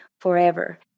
forever